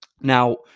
Now